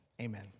Amen